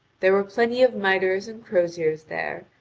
there were plenty of mitres and croziers there,